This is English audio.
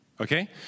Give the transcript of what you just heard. Okay